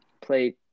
play